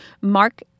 Mark